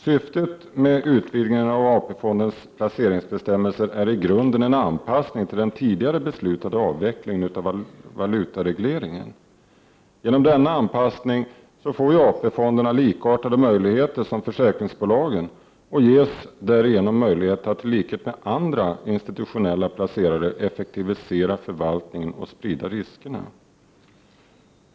Syftet med en utvidgning av placeringsbestämmelserna för AP-fonderna är i grunden en anpassning till den tidigare beslutade avvecklingen av valutaregleringen. Genom denna anpassning får AP-fonderna möjligheter som är lika de som försäkringsbolagen har, och de ges därigenom möjlighet att i likhet med andra institutionella placerare effektivisera förvaltningen och sprida riskerna.